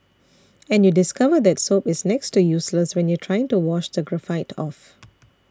and you discover that soap is next to useless when you're trying to wash the graphite off